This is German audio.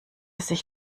sich